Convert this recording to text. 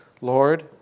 Lord